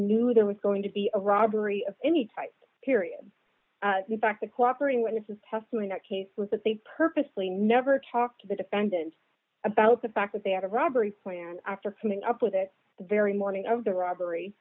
knew there was going to be a robbery of any type period the fact that cooperating witnesses testify in that case was that they purposely never talk to the defendant about the fact that they had a robbery point after putting up with it the very morning of the robbery